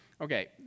Okay